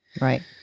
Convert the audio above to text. Right